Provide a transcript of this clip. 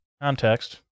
context